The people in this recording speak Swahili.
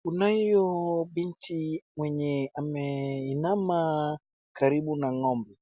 Kunayo binti mwenye ameinama karibu na ng'ombe.